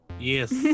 Yes